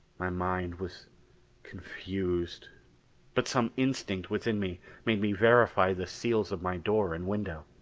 my mind was confused but some instinct within me made me verify the seals of my door and window.